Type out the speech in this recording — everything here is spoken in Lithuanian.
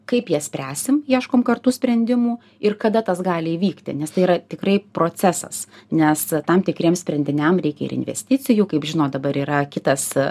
kaip jas spręsim ieškom kartu sprendimų ir kada tas gali įvykti nes tai yra tikrai procesas nes tam tikriem sprendiniam reikia ir investicijų kaip žinot dabar yra kitas